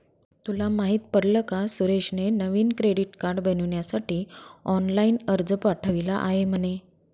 तुला माहित पडल का सुरेशने नवीन क्रेडीट कार्ड बनविण्यासाठी ऑनलाइन अर्ज पाठविला आहे म्हणे